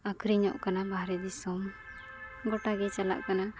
ᱟᱹᱠᱷᱨᱤᱧᱚᱜ ᱠᱟᱱᱟ ᱵᱟᱦᱨᱮ ᱫᱤᱥᱚᱢ ᱜᱚᱴᱟᱜᱮ ᱪᱟᱞᱟᱜ ᱠᱟᱱᱟ